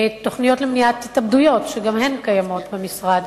תוכניות למניעת התאבדויות, שגם הן קיימות במשרד.